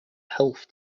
health